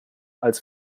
als